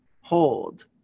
hold